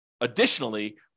additionally